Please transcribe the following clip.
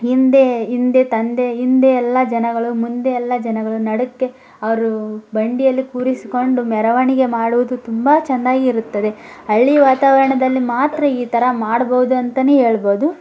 ಹಿಂದೆ ಹಿಂದೆ ತಂದೆ ಹಿಂದೆ ಎಲ್ಲ ಜನಗಳು ಮುಂದೆ ಎಲ್ಲ ಜನಗಳು ನಡುಕ್ಕೆ ಅವರು ಬಂಡಿಯಲ್ಲಿ ಕೂರಿಸಿಕೊಂಡು ಮೆರವಣಿಗೆ ಮಾಡುವುದು ತುಂಬ ಚೆನ್ನಾಗಿರುತ್ತದೆ ಹಳ್ಳಿ ವಾತಾವರಣದಲ್ಲಿ ಮಾತ್ರ ಈ ಥರ ಮಾಡ್ಬೋದು ಅಂತಾನೆ ಹೇಳ್ಬೋದು